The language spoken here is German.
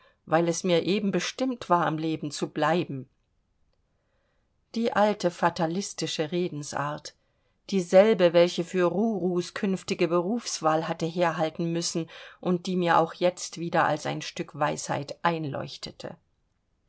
weil es mir eben bestimmt war am leben zu bleiben die alte fatalistische redensart dieselbe welche für rurus künftige berufswahl hatte herhalten müssen und die mir auch jetzt wieder als ein stück weisheit einleuchtete